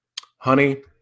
honey